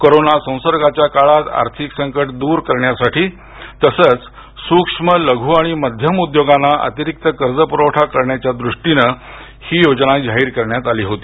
corona संसर्गाच्या काळात आर्थिक संकट दूर करण्यासाठी तसंच सूक्ष्म लघु आणि मध्यम उद्योगांना अतिरिक्त कर्ज प्रवठा करण्याच्या दृष्टीनं ही योजना जाहीर करण्यात आली होती